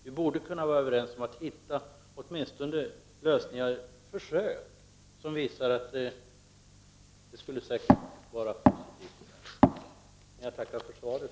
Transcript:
Vi kan väl vara överens om att försöka hitta lösningar. Det skulle vara positivt. Jag tackar än en gång för svaret.